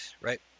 right